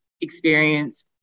experience